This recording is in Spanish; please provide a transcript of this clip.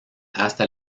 hasta